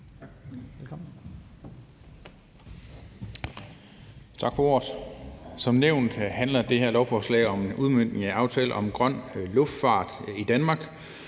Tak for ordet. Som nævnt handler det her lovforslag om en udmøntning af aftale om »Grøn luftfart i Danmark«,